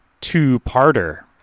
two-parter